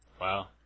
Wow